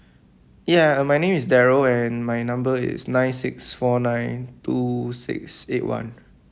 ya uh my name is darryl and my number is nine six four nine two six eight one